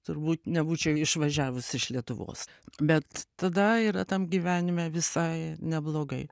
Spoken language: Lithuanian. turbūt nebūčiau išvažiavus iš lietuvos bet tada yra tam gyvenime visai neblogai